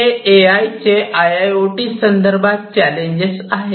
हे A I चे I I O T संदर्भात चॅलेंजेस आहेत